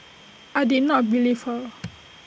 I did not believe her